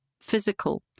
physical